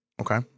Okay